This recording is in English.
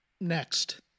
Next